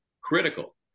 critical